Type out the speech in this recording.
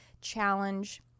challenge